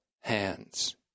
hands